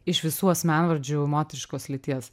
iš visų asmenvardžių moteriškos lyties